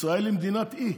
ישראל היא מדינת אי.